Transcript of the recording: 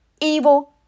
evil